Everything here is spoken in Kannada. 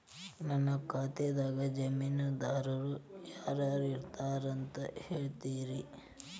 ನನ್ನ ಖಾತಾದ್ದ ಜಾಮೇನದಾರು ಯಾರ ಇದಾರಂತ್ ಹೇಳ್ತೇರಿ?